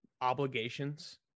obligations